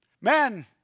men